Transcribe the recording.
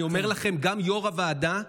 אני אומר לכם, גם יו"ר הוועדה,